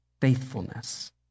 faithfulness